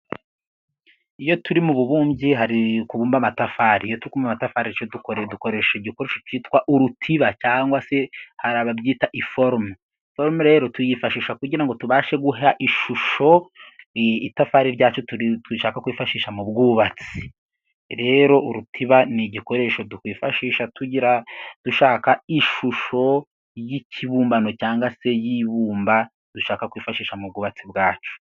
Iyo turi mu bubumby;i hari ukubumba amatafari, iyo turi kubumba amatafari dukoresha igikoresho cyitwa urutira cyangwa se hari ababyita iforomo. Iforomo rero tuyifashisha tugirango tubashe guha ishusho itafari ryacu dushaka kwifashisha mu bwubatsi. Rero urutiba ni igikoresho twifashisha tugira, dushaka ishusho y'ikibumbano cyangwa se y'ibumba dushaka kwifashisha ubwubatsi bwacu.